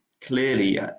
clearly